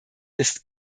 ist